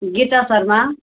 Gita Sharma